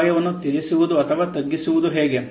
ಅಪಾಯವನ್ನು ತ್ಯಜಿಸುವುದು ಅಥವಾ ತಗ್ಗಿಸುವುದು ಹೇಗೆ